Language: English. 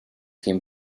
him